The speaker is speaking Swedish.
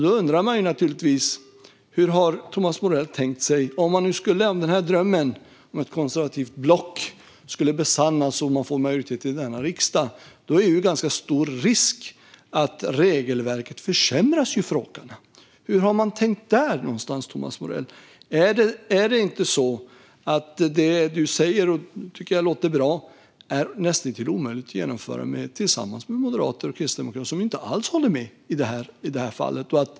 Då undrar man naturligtvis: Om den här drömmen om ett konservativt block skulle besannas och man får majoritet i denna riksdag är det då inte ganska stor risk att regelverket försämras för åkarna? Hur har man tänkt när det gäller det, Thomas Morell? Blir inte det som du säger, och som jag tycker låter bra, näst intill omöjligt att genomföra tillsammans med moderater och kristdemokrater som inte alls håller med i det här fallet?